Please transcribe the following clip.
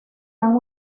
han